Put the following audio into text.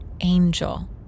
angel